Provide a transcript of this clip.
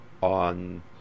on